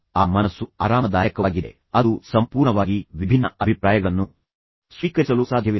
ಆದ್ದರಿಂದ ಆ ಮನಸ್ಸು ಆರಾಮದಾಯಕವಾಗಿದೆ ಅದು ಸಂಪೂರ್ಣವಾಗಿ ವಿಭಿನ್ನ ಅಭಿಪ್ರಾಯಗಳನ್ನು ಸ್ವೀಕರಿಸಲು ಸಾಧ್ಯವಿಲ್ಲ